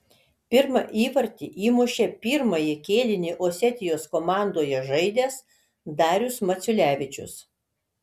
pirmą įvartį įmušė pirmąjį kėlinį osetijos komandoje žaidęs darius maciulevičius